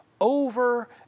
over